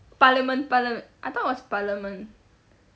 parliament palia~ I thought it was parliament